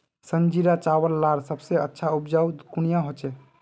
संजीरा चावल लार सबसे अच्छा उपजाऊ कुनियाँ होचए?